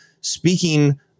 speaking